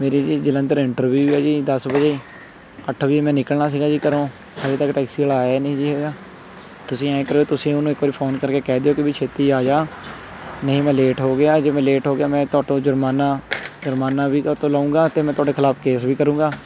ਮੇਰੀ ਜੀ ਜਲੰਧਰ ਇੰਟਰਵਿਊ ਆ ਜੀ ਦਸ ਵਜੇ ਅੱਠ ਵਜੇ ਮੈਂ ਨਿਕਲਣਾ ਸੀਗਾ ਜੀ ਘਰੋਂ ਹਜੇ ਤੱਕ ਟੈਕਸੀ ਵਾਲਾ ਆਇਆ ਨਹੀਂ ਜੀ ਹੈਗਾ ਤੁਸੀਂ ਐਂ ਕਰੋ ਤੁਸੀਂ ਉਹਨੂੰ ਇੱਕ ਵਾਰੀ ਫੋਨ ਕਰਕੇ ਕਹਿ ਦਿਓ ਕਿ ਵੀ ਛੇਤੀ ਆ ਜਾ ਨਹੀਂ ਮੈਂ ਲੇਟ ਹੋ ਗਿਆ ਜੇ ਮੈਂ ਲੇਟ ਹੋ ਗਿਆ ਮੈਂ ਤੁਹਾਤੋਂ ਜੁਰਮਾਨਾ ਜੁਰਮਾਨਾ ਵੀ ਤੁਹਾਤੋਂ ਲਊਂਗਾ ਅਤੇ ਮੈਂ ਤੁਹਾਡੇ ਖਿਲਾਫ ਕੇਸ ਵੀ ਕਰੂੰਗਾ